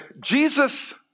Jesus